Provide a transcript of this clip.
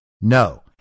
No